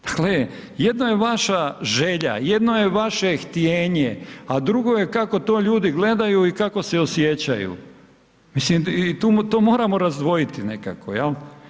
Dakle jedna je vaša želja, jedno je vaše htijenje a drugo je kako to ljudi gledaju i kako se osjećaju, mislim i to moramo razdvojiti nekako, jel'